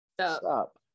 Stop